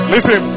Listen